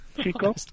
Chico